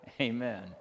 amen